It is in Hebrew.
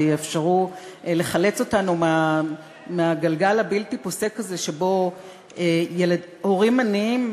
ויאפשרו לחלץ אותנו מהגלגל הבלתי-פוסק הזה שבו הורים עניים,